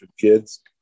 kids